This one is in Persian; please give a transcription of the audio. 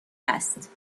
است